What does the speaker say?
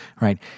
right